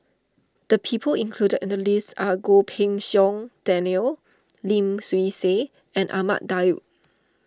the people included in the list are Goh Pei Siong Daniel Lim Swee Say and Ahmad Daud